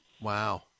Wow